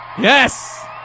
Yes